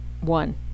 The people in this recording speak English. one